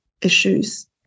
issues